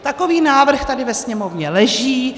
Takový návrh tady ve Sněmovně leží.